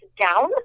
down